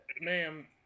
Ma'am